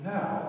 Now